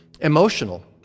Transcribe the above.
emotional